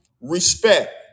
respect